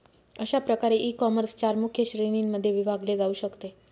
अशा प्रकारे ईकॉमर्स चार मुख्य श्रेणींमध्ये विभागले जाऊ शकते